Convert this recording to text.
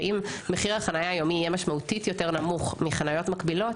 שאם מחיר החניה היומי יהיה משמעותית יותר נמוך מחניות מקבילות,